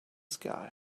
sky